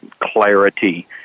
clarity